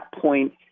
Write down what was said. point